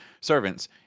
servants